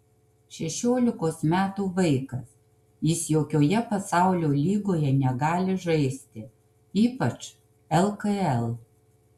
šešiolikos metų vaikas jis jokioje pasaulio lygoje negali žaisti ypač lkl